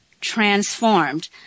transformed